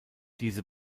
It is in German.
diese